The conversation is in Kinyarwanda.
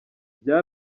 bya